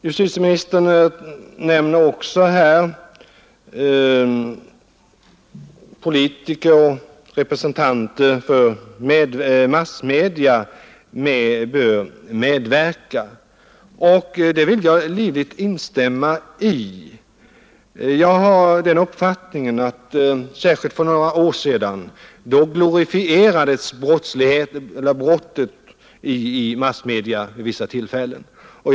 Justitieministern nämner också att politiker och representanter för massmedia bör medverka. Det vill jag livligt instämma i. Jag har den uppfattningen att särskilt för några år sedan glorifierades brottet i massmedia vid vissa tillfällen.